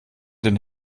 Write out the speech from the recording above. den